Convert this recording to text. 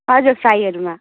हजुर फ्राईहरूमा